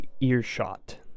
Earshot